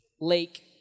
lake